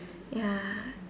ya